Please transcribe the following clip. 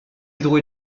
hydro